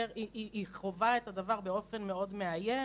היא חווה את הדבר באופן מאוד מאיים,